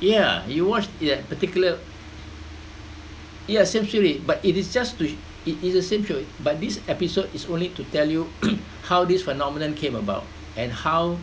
yeah you watched yeah particular yeah essentially but it is just to sh~ it it's the essential but this episode is only to tell you how this phenomenon came about and how